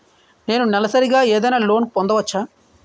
నేను నెలసరిగా ఏదైనా లోన్ పొందవచ్చా?